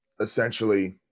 essentially